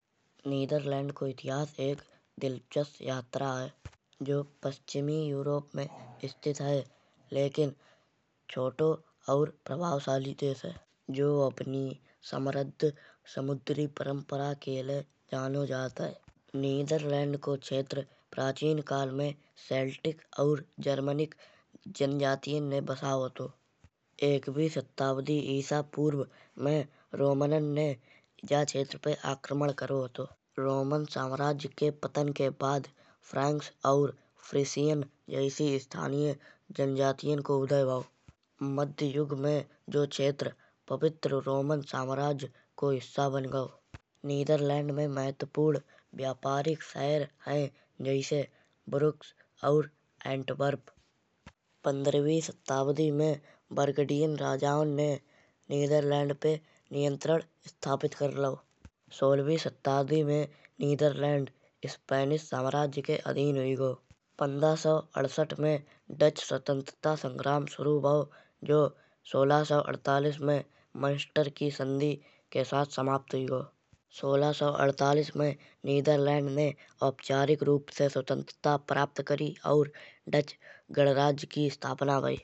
नीदरलैंड को इतिहास एक दिलचस्प यात्रा है। जो पश्चिमी यूरोप में स्थित है। लेकिन छोटो और प्रभावशाली देश है। जो अपनी समृद्ध समुद्री परंपरा के लाये जानो जात है। नीदरलैंड को क्षेत्र प्राचीन काल में सेल्टिक और जर्मैनिक जनजातियाँ ने बसाओ हतो। एकवी सदी ईसा पूर्व में रोमनों ने या क्षेत्र पे आक्रमण करो हतो। रोमन साम्राज्य के पतन के बाद फ्रांस और फ्रिष्यन जैसी स्थानीय जनजातियाँ को उदय भाओ। मध्य युग में जौ क्षेत्र पवित्र रोमन साम्राज्य को हिस्सा बन गाओ। नीदरलैंड में महत्वपूर्ण व्यापारिक शहर है। जैसे ब्रक्स और आन्टवर्प। पंद्रहवी सदी में बरगंडियन राजाओं ने नीदरलैंड पे नियंत्रण स्थापित कर लाओ। सोलहवी सदी में नीदरलैंड स्पेनिश साम्राज्य के अधीन हुई गाओ। पंद्रह सौ अड़सठ में डच स्वतंत्रता संग्राम सुरु भाओ। जो सोलह सौ अड़तालीस में मैजिस्टर की संधि के साथ समाप्त हुई गाओ। सोलह सौ अड़तालीस में नीदरलैंड ने औपचारिक रूप से स्वतंत्रता प्राप्त करी। और डच गणराज्य किन स्थापना भयी।